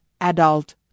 adult